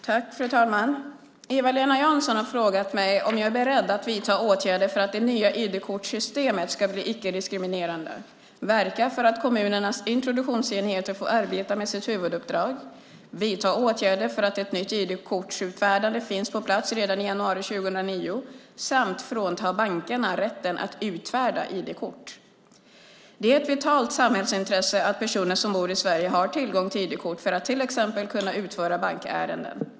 Fru talman! Eva-Lena Jansson har frågat mig om jag är beredd att vidta åtgärder för att det nya ID-kortssystemet ska bli icke-diskriminerande, verka för att kommunernas introduktionsenheter får arbeta med sitt huvuduppdrag, vidta åtgärder för att ett nytt ID-kortsutfärdande finns på plats redan i januari 2009 samt frånta bankerna rätten att utfärda ID-kort. Det är ett vitalt samhällsintresse att personer som bor i Sverige har tillgång till ID-kort för att till exempel kunna utföra bankärenden.